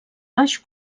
baix